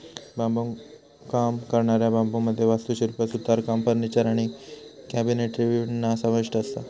बांबुकाम करणाऱ्या बांबुमध्ये वास्तुशिल्प, सुतारकाम, फर्निचर आणि कॅबिनेटरी विणणा समाविष्ठ असता